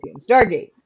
Stargate